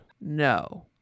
No